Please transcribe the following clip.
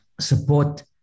support